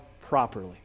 properly